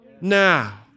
Now